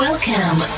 Welcome